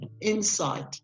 insight